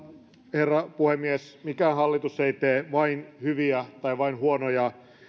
herra puhemies mikään hallitus ei tee vain hyviä tai vain huonoja